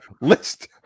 list